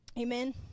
Amen